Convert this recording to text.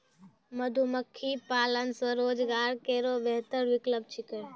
मधुमक्खी पालन स्वरोजगार केरो बेहतर विकल्प छिकै